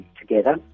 together